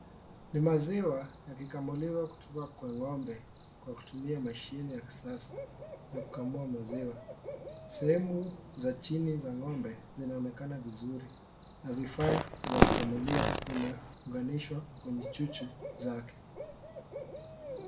Ni maziwa ya kikamuliwa kutoka kwa ng'ombe, kwa kutumia mashine ya kisasa, ya kukamua maziwa. Sehemu za chini za ng'ombe ,zinaonekana vizuri na vifaa vya kukamulia ,zimeunganishwa kwenye chuchu zake.